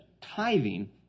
tithing